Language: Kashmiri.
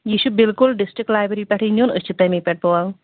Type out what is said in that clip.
یہِ چھُ بلکُل ڈسٹرک لایبیری پٮ۪ٹھٕے نِیُن أسۍ چھِ تَمے پٮ۪ٹھ بولان